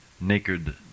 Naked